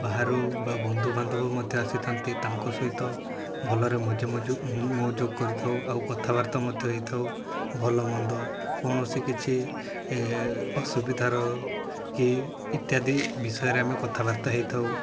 ବାହାରୁ ବା ବନ୍ଧୁବାନ୍ଧବ ମଧ୍ୟ ଆସିଥାନ୍ତି ତାଙ୍କ ସହିତ ଭଲରେ ମଜା ମଜୁ ମହଯୋଗ କରିଥାଉ ଆଉ କଥାବାର୍ତ୍ତା ମଧ୍ୟ ହେଇଥାଉ ଭଲ ମନ୍ଦ କୌଣସି କିଛି ଅସୁବିଧାର କି ଇତ୍ୟାଦି ବିଷୟରେ ଆମେ କଥାବାର୍ତ୍ତା ହେଇଥାଉ